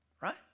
right